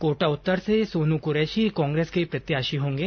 कोटा उत्तर से सोनू कुरैशी कांग्रेस के प्रत्याशी होंगे